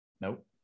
nope